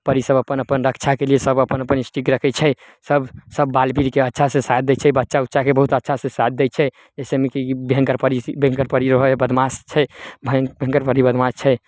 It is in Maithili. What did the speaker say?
परी सब अपन अपन रक्षाके लिए सब अपन अपन स्टीक रखै छै सब सब बालबीरके अच्छा से साथ दै छै बच्चा उच्चाके बहुत अच्छा से साथ दै छै जाहिसे कि भयंकर परी भयंकर परी रहै हइ बदमास छै भयंकर परी बदमास छै